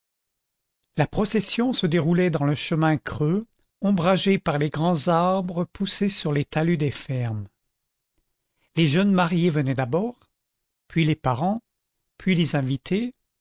la procession se déroulait dans le chemin creux ombragé par les grands arbres poussés sur les talus des fermes les jeunes mariés venaient d'abord puis les parents puis les invités